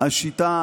השיטה